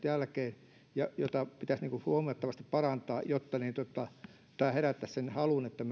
jälkeen palkkatasot joita pitäisi huomattavasti parantaa jotta tämä herättäisi sen halun että